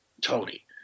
Tony